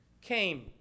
came